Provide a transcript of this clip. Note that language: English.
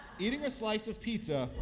eating a slice of pizza,